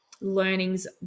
learnings